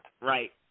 Right